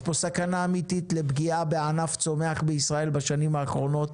יש פה סכנה אמיתית לפגיעה לענף צומח בישראל בשנים האחרונות,